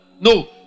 No